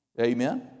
Amen